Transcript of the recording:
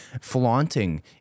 flaunting